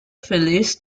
phillies